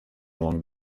along